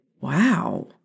Wow